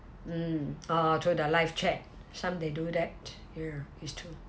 mm oh to their live chat some they do that ya is to